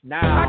now